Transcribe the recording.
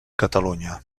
catalunya